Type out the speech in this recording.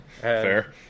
Fair